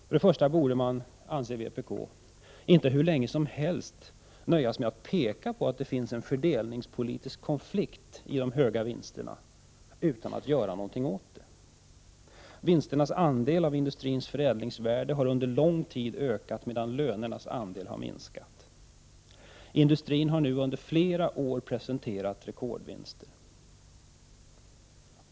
För det första borde man inte hur länge som helst nöja sig med att peka på att det finns en fördelningspolitisk konflikt i de höga vinsterna utan att göra något åt det. Vinsternas andel av industrins förädlingsvärde har under lång tid ökat, medan lönernas andel minskat. Industrin har nu under flera år presenterat rekordvinster.